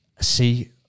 see